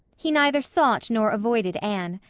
he neither sought nor avoided anne.